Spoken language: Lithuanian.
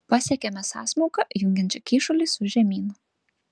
pasiekėme sąsmauką jungiančią kyšulį su žemynu